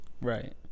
Right